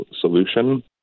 solution